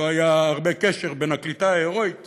לא היה הרבה קשר בין העלייה ההירואית